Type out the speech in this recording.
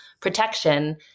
protection